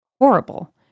horrible